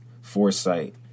foresight